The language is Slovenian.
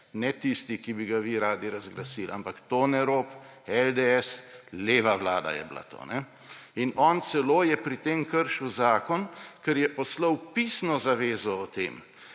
ne tisti, ki bi ga vi radi razglasil, ampak Tone Rop, LDS, leva vlada je bila to. On celo je pri tem kršil zakon, ker je poslal pisno zavezo o tem